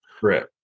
correct